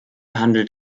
handelt